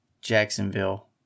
Jacksonville